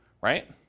right